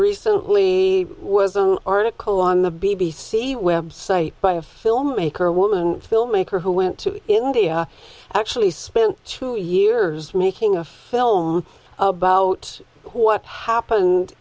recently was an article on the b b c website by a filmmaker a woman filmmaker who went to india actually spent two years making a film about what happened